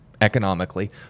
economically